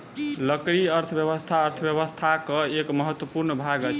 लकड़ी अर्थव्यवस्था अर्थव्यवस्थाक एक महत्वपूर्ण भाग अछि